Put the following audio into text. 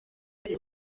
iyo